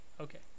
okay